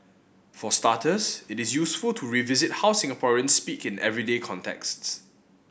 for starters it is useful to revisit how Singaporeans speak in everyday contexts